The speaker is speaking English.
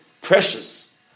precious